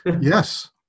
Yes